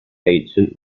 ancient